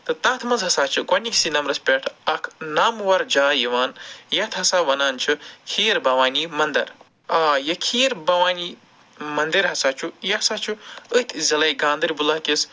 تہٕ تَتھ منٛز ہسا چھِ گۄڈٕنِکسٕے نمبرَس پٮ۪ٹھ اَکھ نامہٕ وَر جاے یِوان یَتھ ہسا وَنان چھِ خیٖربوانی مندَر آ یہِ خیٖربوانی مندِر ہسا چھُ یہِ ہسا چھُ أتھٕے ضلٕے گاندربَلا کِس